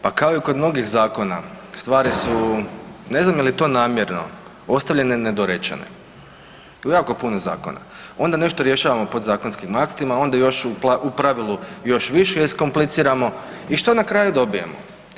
Pa kao i kod mnogih zakona stvari su, ne znam je li to namjerno ostavljene nedorečene u jako puno zakona, onda nešto rješavamo podzakonskim aktima, onda još u pravilu još više iskompliciramo i što na kraju dobijemo?